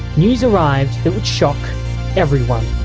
news arrived that would shock everyone.